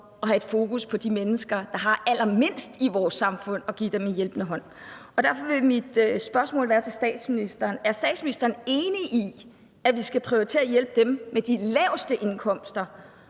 at have et fokus på at give de mennesker, der har allermindst i vores samfund, en hjælpende hånd. Derfor vil mit spørgsmål til statsministeren være: Er statsministeren enig i, at vi skal prioritere at hjælpe dem med de laveste indkomster,